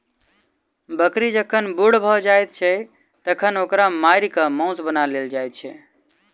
बकरी जखन बूढ़ भ जाइत छै तखन ओकरा मारि क मौस बना लेल जाइत छै